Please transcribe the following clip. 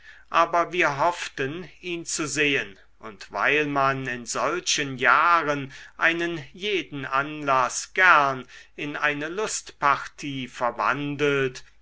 aber wir hofften ihn zu sehen und weil man in solchen jahren einen jeden anlaß gern in eine lustpartie verwandelt